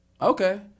Okay